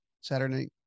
Saturday